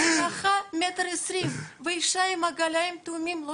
כל מדרכה 120 סנטימטר ואישה עם עגלה של תאומים לא